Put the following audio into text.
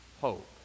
hope